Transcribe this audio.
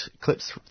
clips